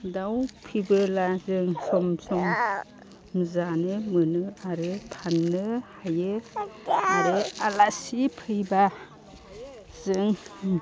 दाउ फिसिब्ला जों सम सम जानो मोनो आरो फाननो हायो आरो आलासि फैबा जों